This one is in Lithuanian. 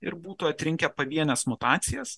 ir būtų atrinkę pavienes mutacijas